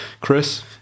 chris